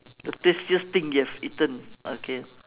the tastiest thing you have eaten okay